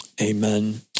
Amen